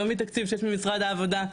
לא מתקציב שיש ממשרד העבודה,